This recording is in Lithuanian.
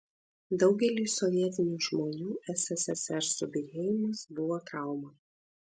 daugeliui sovietinių žmonių sssr subyrėjimas buvo trauma